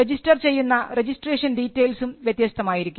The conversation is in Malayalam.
രജിസ്റ്റർ ചെയ്യുന്ന രജിസ്ട്രേഷൻ ഡീറ്റെയിൽസും വ്യത്യസ്തമായിരിക്കും